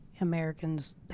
Americans